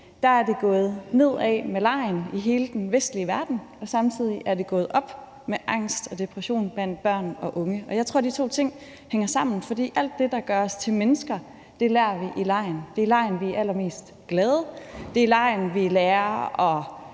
årtier er det gået nedad med legen i hele den vestlige verden, og samtidig er det gået op med angst og depression blandt børn og unge. Jeg tror, de to ting hænger sammen, for alt det, der gør os til mennesker, lærer vi i legen. Det er i legen, vi er allermest glade. Det er i legen, vi lærer at